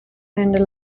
and